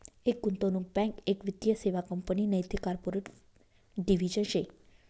एक गुंतवणूक बँक एक वित्तीय सेवा कंपनी नैते कॉर्पोरेट डिव्हिजन शे